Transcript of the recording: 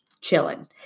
chilling